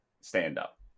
stand-up